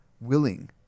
willing